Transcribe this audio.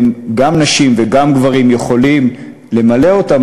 גם נשים וגם גברים יכולים למלא אותם,